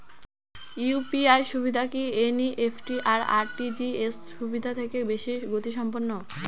UPI সুবিধা কি NEFT আর আর.টি.জি.এস সুবিধা থেকে বেশি গতিসম্পন্ন?